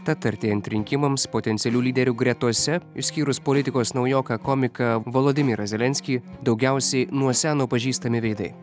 tad artėjant rinkimams potencialių lyderių gretose išskyrus politikos naujoką komiką volodymyrą zelenskį daugiausiai nuo seno pažįstami veidai